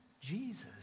Jesus